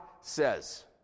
says